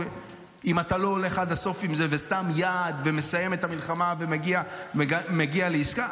אם אתה לא הולך עד הסוף עם זה ושם יד ומסיים את המלחמה ומגיע לעסקה.